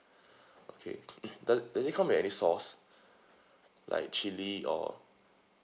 okay mm does does it come with any sauce like chili or